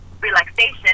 relaxation